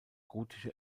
gotische